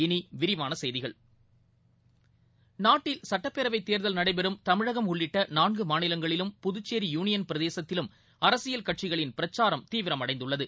இனிவிரிவானசெய்திகள் நாட்டில் சட்டப்பேரவைதேர்தல் நடைபெறும் தமிழகம் உள்ளிட்டநான்குமாநிலங்களிலும் புதுச்சேரி யூனியன் பிரதேசத்திலும் அரசியல் கட்சிகளின் பிரச்சாரம் தீவிரமடைந்துள்ளது